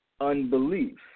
unbelief